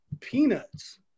peanuts